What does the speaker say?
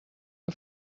que